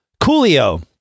coolio